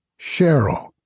Cheryl